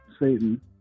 satan